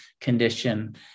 condition